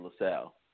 LaSalle